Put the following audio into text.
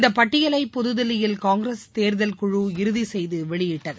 இந்த பட்டியலை புதுதில்லியில் காய்கிரஸ் தேர்தல் குழு இறுதி செய்து வெளியிட்டது